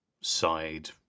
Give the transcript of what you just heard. side